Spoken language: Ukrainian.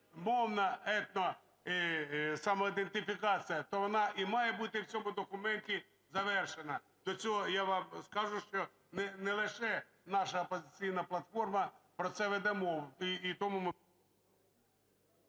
мовна етносамоідентифікація, то вона і має бути в цьому документі завершена. До цього я вам скажу, що не лише наша "Опозиційна платформа" про це веде мову,